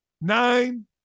nine